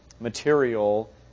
material